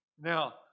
Now